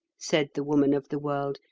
said the woman of the world,